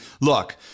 Look